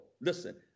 Listen